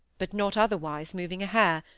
but not otherwise moving a hair,